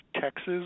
Texas